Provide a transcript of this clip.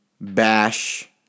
bash